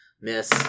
Miss